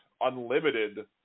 unlimited